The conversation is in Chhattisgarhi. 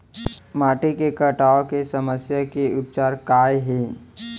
माटी के कटाव के समस्या के उपचार काय हे?